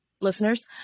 listeners